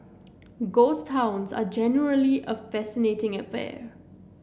ghost towns are generally a fascinating affair